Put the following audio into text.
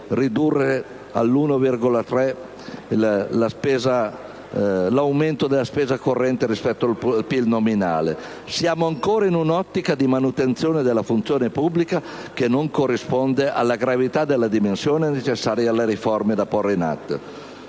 ridurre all'1,3 per cento l'aumento della spesa corrente rispetto al PIL nominale. Siamo ancora in un'ottica di manutenzione della funzione pubblica che non corrisponde alla gravità della dimensione necessaria alle riforme da porre in atto,